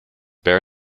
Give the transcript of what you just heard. bear